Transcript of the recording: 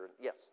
Yes